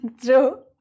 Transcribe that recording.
True